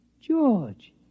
George